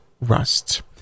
Rust